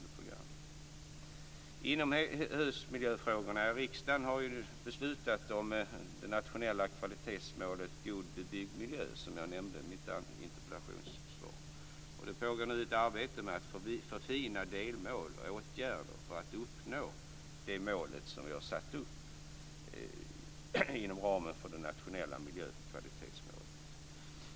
När det gäller inomhusmiljöfrågorna har ju riksdagen nu beslutat om det nationella kvalitetsmålet god bebyggd miljö. Det nämnde jag i mitt interpellationssvar. Det pågår nu ett arbete med att förfina delmål och åtgärder för att uppnå det mål som vi har satt upp inom ramen för det nationella miljökvalitetsmålet.